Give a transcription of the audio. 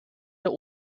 der